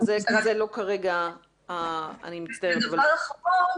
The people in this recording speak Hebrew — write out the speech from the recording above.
אבל זה לא כרגע --- אני מצטערת --- דבר אחרון,